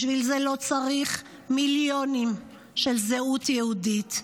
בשביל זה לא צריך מיליונים של זהות יהודית.